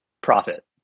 profit